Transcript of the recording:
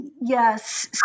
Yes